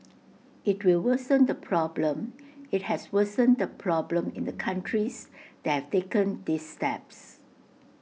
IT will worsen the problem IT has worsened the problem in the countries that have taken these steps